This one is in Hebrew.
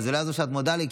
זה לא יעזור שאת מודה לי,